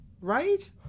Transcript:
right